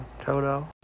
Toto